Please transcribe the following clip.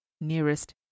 nearest